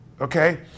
okay